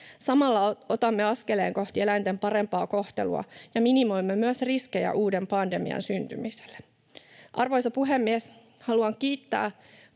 Samalla otamme askeleen kohti eläinten parempaa kohtelua ja minimoimme myös riskejä uuden pandemian syntymiselle. Arvoisa puhemies! Haluan kiittää